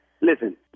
listen